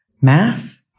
math